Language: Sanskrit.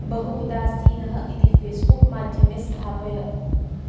बहु उदासीनः इति फ़ेस्बुक् माध्यमे स्थापय